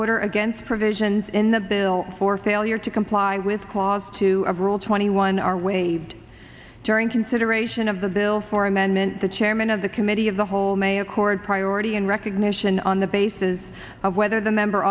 order against provisions in the bill for failure to comply with clause two of rule twenty one are waived during consideration of the bill for amendment the chairman of the committee of the whole may accord priority and recognition on the basis of whether the member